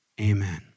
Amen